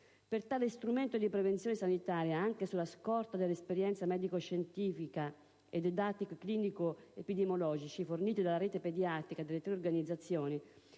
Per tale strumento di prevenzione sanitaria, anche sulla scorta dell'esperienza medico-scientifica e dei dati clinico-epidemiologici forniti dalla rete pediatrica delle tre organizzazioni,